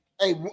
Hey